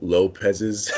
Lopez's